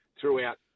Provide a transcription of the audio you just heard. throughout